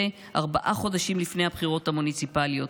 ארבעה חודשים לפני הבחירות המוניציפליות,